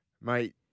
mate